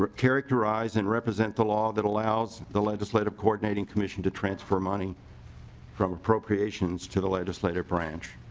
but characterize and represent the law that allows the legislative coordinating commission to transfer money from appropriations to the legislative branch.